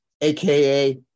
aka